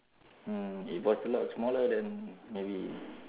mm if was a lot smaller then maybe